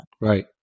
Right